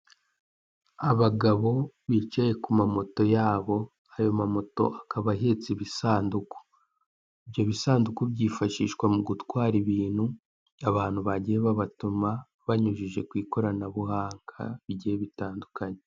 Abagabo bicaye ku mamoto yabo ayo mamoto akaba ahetse ibisanduku ibyo bisanduku byifashishwa mu gutwara ibintu abantu bagiye babatuma banyujije ku ikoranabuhanga rigiye ritandukanye.